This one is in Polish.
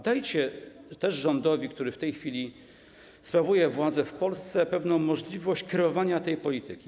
Dajcie rządowi, który w tej chwili sprawuje władzę w Polsce, pewną możliwość kreowania tej polityki.